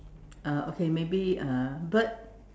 uh okay maybe uh bird